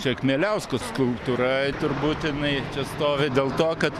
čia kmieliausko skulptūra turbūt jinai čia stovi dėl to kad